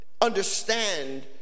understand